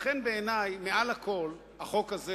לכן, בעיני, מעל הכול החוק הזה